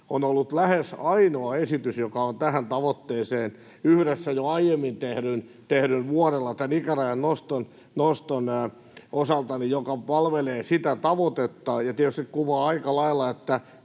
on ollut lähes ainoa esitys, joka on tähän tavoitteeseen — yhdessä jo aiemmin tehdyn tämän ikärajan vuodella noston kanssa — ja joka palvelee sitä tavoitetta. Ja tietysti kuvaa aika lailla,